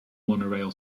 monorail